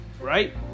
right